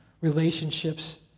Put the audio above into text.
relationships